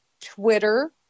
Twitter